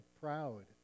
proud